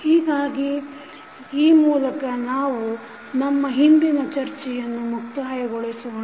ಹೀಗಾಗಿ ಈ ಮೂಲಕ ನಾವು ನಮ್ಮ ಹಿಂದಿನ ಚರ್ಚೆಯನ್ನು ಮುಕ್ತಾಯಗೊಳಿಸೋಣ